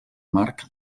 marc